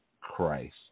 Christ